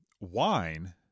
Wine